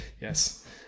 Yes